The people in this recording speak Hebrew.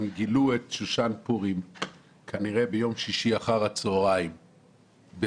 הם גילו את שושן פורים כנראה ביום שישי אחר הצוהריים במקרה.